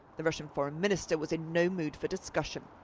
the russian foreign minister was in no mood for discussion.